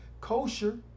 kosher